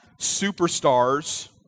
superstars